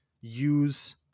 use